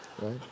right